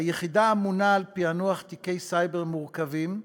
היחידה אמונה על פענוח תיקי סייבר מורכבים,